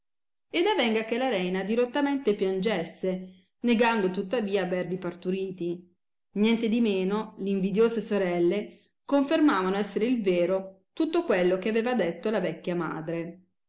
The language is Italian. ed avenga che la reina dirottamente piangesse negando tuttavia averli parturiti nientedimeno l invidiose sorelle confermavano esser il vero tutto quello che aveva detto la vecchia madre